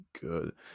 good